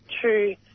true